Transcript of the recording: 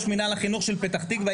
הייתי ראש מינהל החינוך של פתח תקווה,